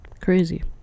Crazy